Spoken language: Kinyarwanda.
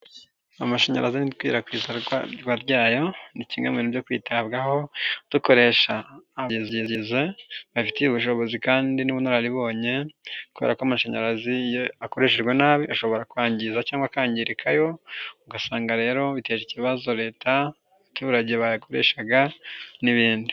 Amashanyarazi n ikwirakwizarwa ryayo ni kimwe mu ibintu byo kwitabwaho dukoresha abantu babifitiye ubushobozi kandi n'ubunararibonye kubera ko amashanyarazi akoreshejwe nabi ashobora kwangiza cyangwa akangirika, ugasanga rero biteje ikibazo leta, abaturage bayikoreshaga n'ibindi.